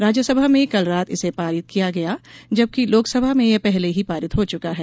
राज्यसभा ने कल रात इसे पास किया जबकि लोकसभा में यह पहले ही पारित हो चुका है